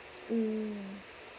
mm